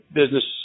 business